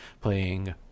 playing